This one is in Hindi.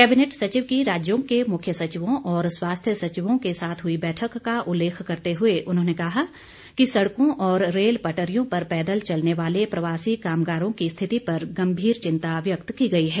कैबिनेट सचिव की राज्यों के मुख्य सचिवों और स्वास्थ्य सचिवों के साथ हुई बैठक का उल्लेख करते हुए उन्होंने कहा कि सड़कों और रेल पटरियों पर पैदल चलने वाले प्रवासी कामगारों की स्थिति पर गंभीर चिंता व्यक्त की गई है